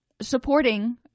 supporting